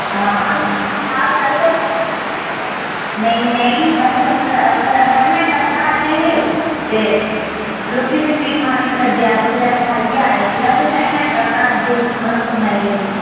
हां ठीक ठाक बस नेईं नेईं बस अस उयै असाइनमेंटां बना दे हे ते रुट्टी शुट्टी खाने गी सद्देआ ते बस खाइए आए हे ते असाइनमेंटां बना दे हे थुआढ़ा फोन आई गेआ बिच्च